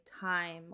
time